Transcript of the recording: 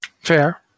Fair